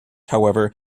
however